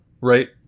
right